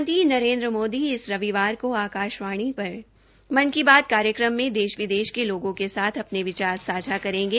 प्रधानमंत्री नरेन्द्र मोदी इस रविवार को आकाशवाणी पर मन की बात कार्यक्रम में देश विदेश के लोगों के साथ अपने विचार सांझा करेंगे